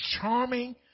charming